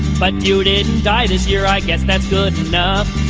but you didn't die this year. i guess that's good enough